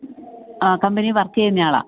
ആ കമ്പനിയിൽ വർക്ക് ചെയ്യുന്ന ആളാണ്